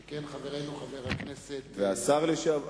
שכן חברנו חבר הכנסת, והשר לשעבר.